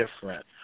different